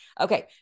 Okay